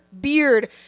beard